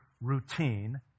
routine